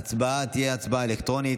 ההצבעה תהיה הצבעה אלקטרונית.